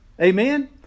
Amen